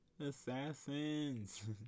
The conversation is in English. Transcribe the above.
assassins